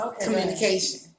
Communication